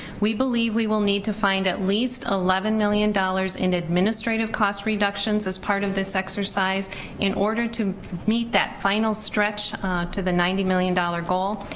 we believe we will need to find at least eleven million dollars in administrative cost reductions as part of this exercise in order to meet that final stretch to the ninety million dollar goal,